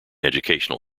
educational